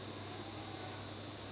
and I feel